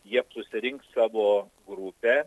jie susirinks savo grupę